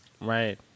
Right